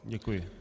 Děkuji.